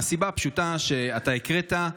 מהסיבה הפשוטה שאתה הקראת,